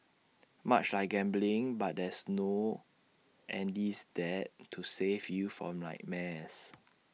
much like gambling but there's no Andy's Dad to save you from nightmares